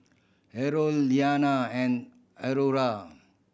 Harold Iliana and Aurora